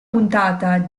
puntata